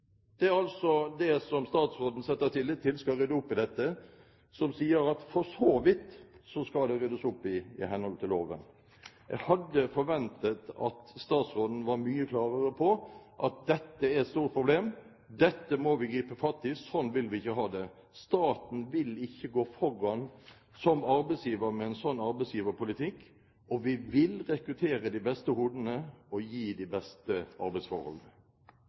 Det er altså de som statsråden setter sin lit til skal rydde opp i dette, som sier at for så vidt skal dette ryddes opp i i henhold til loven. Jeg hadde forventet at statsråden var mye klarere på at dette er et stort problem: Dette må vi gripe fatt i. Slik vil vi ikke ha det. Staten vil ikke gå foran som arbeidsgiver med en slik arbeidsgiverpolitikk, og vi vil rekruttere de beste hodene og gi de beste arbeidsforholdene.